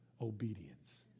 obedience